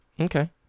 okay